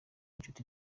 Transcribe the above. inshuti